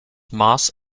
moss